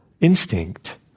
instinct